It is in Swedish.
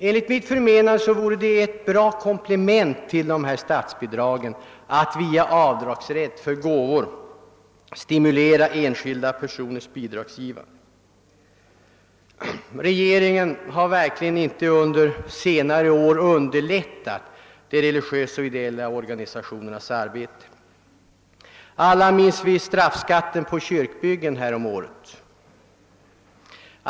Enligt mitt förmenande vore det ett bra komplement till statsbidragen att via avdragsrätt för gåvor stimulera enskilda personers bidragsgivande. Regeringen har verkligen inte under senare år underlättat de religiösa och ideella organisationernas arbete. Alla minns vi straffskatten på kyrkbyggen häromåret.